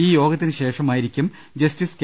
ഈ യോഗത്തിന് ശേഷമാ യിരിക്കും ജസ്റ്റിസ് കെ